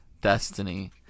destiny